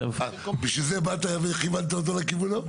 בשביל זה באת וכיוונת אותו לכיוון ההוא.